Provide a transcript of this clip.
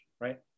right